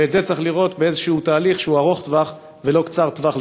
ואת זה צריך לראות באיזה תהליך שהוא ארוך-טווח ולא קצר-טווח,